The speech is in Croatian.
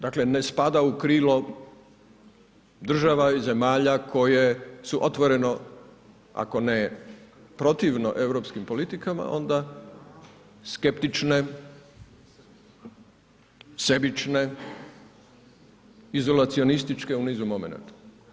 Dakle ne spada u krilo država i zemljama koje su otvoreno, ako ne protivno europskim politikama, onda skeptične, sebične, izolacionističke u nizu momenata.